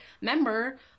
member